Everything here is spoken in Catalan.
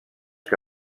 que